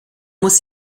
muss